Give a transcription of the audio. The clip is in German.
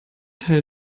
teil